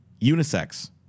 Unisex